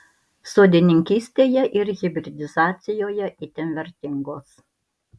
sodininkystėje ir hibridizacijoje itin vertingos